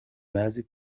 bazi